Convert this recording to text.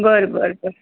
बरं बरं बरं